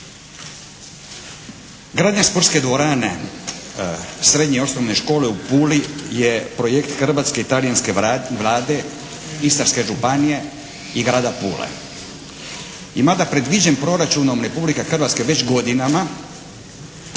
Gradnja sportske dvorane srednje i osnovne škole u Puli je projekt hrvatske i talijanske vlade Istarske županije i grada Pule. I mada predviđen proračunom Republike Hrvatske već godinama